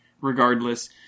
regardless